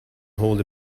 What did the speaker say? hold